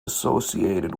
associated